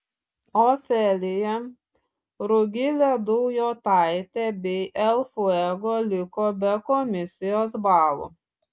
ofelija rugilė daujotaitė bei el fuego liko be komisijos balų